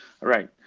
right